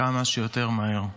כמה שיותר מהר.